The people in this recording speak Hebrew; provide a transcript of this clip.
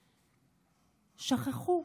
שככו,